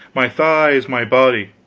my thighs, my body.